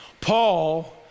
Paul